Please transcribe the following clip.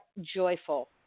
joyful